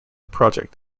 project